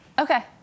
Okay